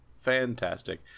fantastic